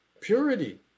purity